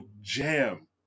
jam